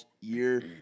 year